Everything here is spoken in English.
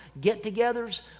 get-togethers